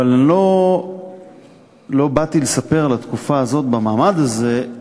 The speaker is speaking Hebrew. אבל לא באתי לספר על התקופה הזאת במעמד הזה,